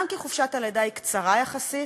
גם כי חופשת הלידה היא קצרה יחסית,